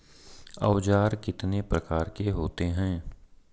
औज़ार कितने प्रकार के होते हैं?